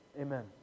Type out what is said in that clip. Amen